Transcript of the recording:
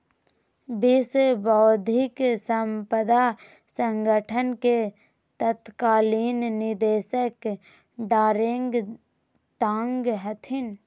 विश्व बौद्धिक साम्पदा संगठन के तत्कालीन निदेशक डारेंग तांग हथिन